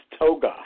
toga